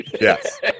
yes